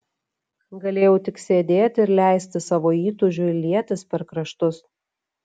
galėjau tik sėdėti ir leisti savo įtūžiui lietis per kraštus